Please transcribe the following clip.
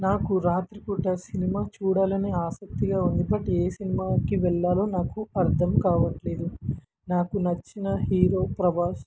నాకు రాత్రిపూట సినిమా చూడాలని ఆసక్తిగా ఉంది బట్ ఏ సినిమాకి వెళ్లాలో నాకు అర్థం కావట్లేదు నాకు నచ్చిన హీరో ప్రభాస్